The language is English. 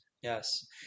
yes